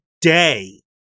day